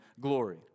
glory